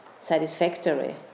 satisfactory